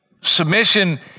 submission